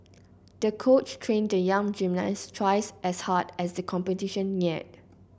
the coach trained the young gymnast twice as hard as the competition neared